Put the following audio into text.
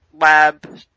lab